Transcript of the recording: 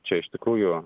čia iš tikrųjų